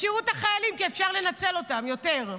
ישאירו את החיילים כי אפשר לנצל אותם יותר.